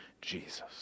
Jesus